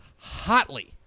hotly